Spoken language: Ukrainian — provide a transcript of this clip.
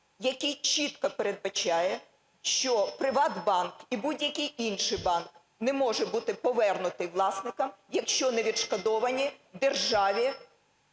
який чітко передбачає, що "ПриватБанк" і будь-який інший банк не може бути повернутий власникам, якщо не відшкодовані державі,